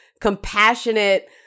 compassionate